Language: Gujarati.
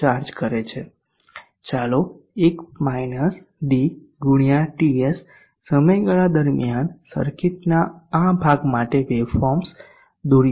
ચાલો 1 - d ગુણ્યા TS સમયગાળા દરમિયાન સર્કિટના આ ભાગ માટે વેવફોર્મ્સ દોરીએ